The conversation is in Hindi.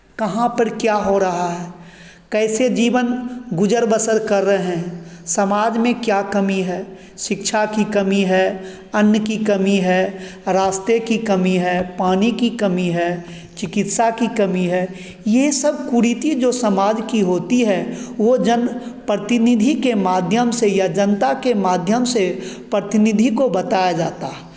कहाँ पर क्या हो रहा है कैसे जीवन गुजर बसर कर रहे हैं समाज में क्या कमी है शिक्षा की कमी है अन्न की कमी है रास्ते की कमी है पानी की कमी है चिकित्सा की कमी है ये सब कुरीति जो समाज की होती है वो जन प्रतिनिधि के माध्यम से या जनता के माध्यम से प्रतिनिधि को बताया जाता है